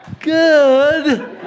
Good